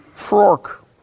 Fork